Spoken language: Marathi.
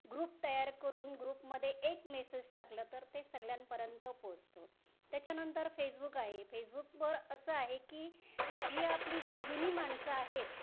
ग्रुप तयार करून ग्रुपमध्ये एक मेसेज टाकलं तर ते सगळ्यांपर्यंत पोहोचतो त्याच्यानंतर फेसबुक आहे फेसबुकवर असं आहे की जी आपली जुनी माणसं आहेत